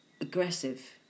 aggressive